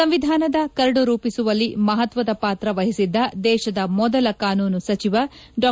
ಸಂವಿಧಾನ ಕರಡು ರೂಪಿಸುವಲ್ಲಿ ಮಹತ್ವದ ಪಾತ್ರ ವಹಿಸಿದ್ದ ದೇಶದ ಮೊದಲ ಕಾನೂನು ಸಚಿವ ಡಾ